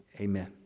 amen